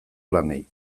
lanei